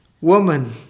woman